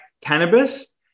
cannabis